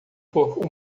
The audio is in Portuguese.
por